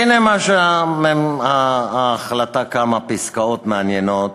הנה כמה פסקאות מעניינות